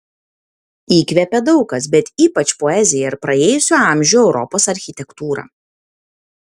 įkvepia daug kas bet ypač poezija ir praėjusių amžių europos architektūra